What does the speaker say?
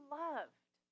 loved